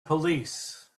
police